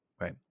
Right